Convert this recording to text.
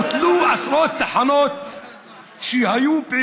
דבר שמקשה על תנועת אנשים אלו, בדואים.